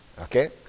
okay